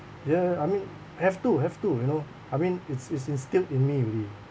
ya ya ya I mean have to have to you know I mean it's it's instilled in me already